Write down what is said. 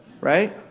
Right